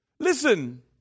Listen